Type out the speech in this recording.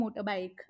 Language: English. motorbike